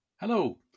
Hello